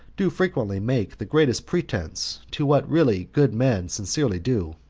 do frequently make the greatest pretenses to what really good men sincerely do.